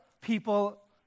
people